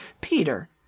Peter